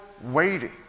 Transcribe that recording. waiting